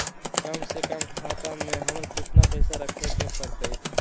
कम से कम खाता में हमरा कितना पैसा रखे के परतई?